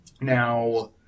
Now